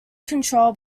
controlled